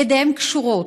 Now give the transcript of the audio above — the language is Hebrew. ידיהם קשורות.